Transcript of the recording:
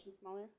smaller